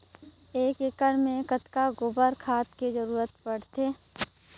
एक एकड़ मे कतका गोबर खाद के जरूरत पड़थे?